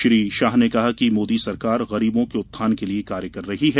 श्री शाह ने कहा कि मोदी सरकार गरीबों के उत्थान के लिए कार्य कर रही है